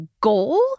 goal